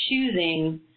choosing